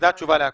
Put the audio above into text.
התשובה לכל.